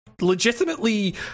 legitimately